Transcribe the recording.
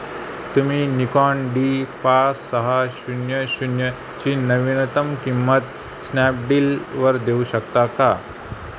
तुम्ही Nikon D पाच सहा शून्य शून्यची नवीनतम किंमत स्नॅपडीलवर देऊ शकता का